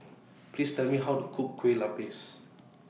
Please Tell Me How to Cook Kue Lupis